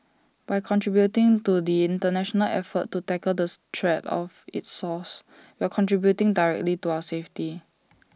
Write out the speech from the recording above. by contributing to the International effort to tackle this threat of its source we are contributing directly to our safety